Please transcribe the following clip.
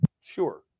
sure